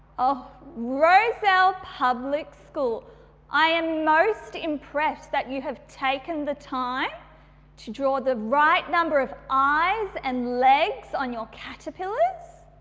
rozelle public school i am most impressed that you have taken the time to draw the right number of eyes and legs on your caterpillars.